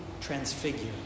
transfigured